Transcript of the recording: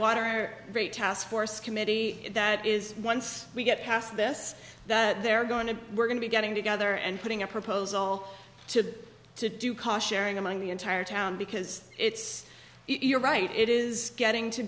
freight task force committee that is once we get past this that they're going to we're going to be getting together and putting a proposal to the to do cautionary among the entire town because it's you're right it is getting to